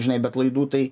žinai be klaidų tai